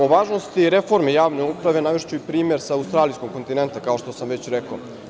O važnosti reforme javne uprave navešću i primer sa australijskog kontinenta, kao što sam već rekao.